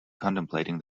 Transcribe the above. contemplating